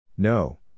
No